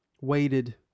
waited